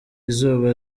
izuba